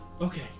Okay